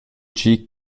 tgi